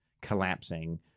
collapsing